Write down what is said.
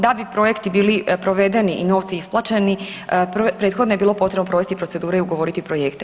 Da bi projekti bili provedeni i novci isplaćeni prethodno je bilo potrebno provesti procedure i ugovoriti projekte.